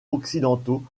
occidentaux